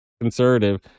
conservative